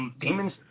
demons